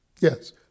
Yes